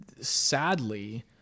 sadly